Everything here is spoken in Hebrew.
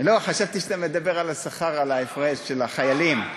חשבתי שאתה מדבר על השכר, על ההפרש של החיילים.